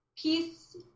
Peace